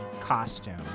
costume